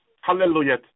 hallelujah